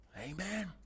Amen